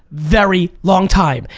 very long time.